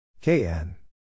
KN